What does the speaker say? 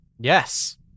Yes